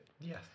Yes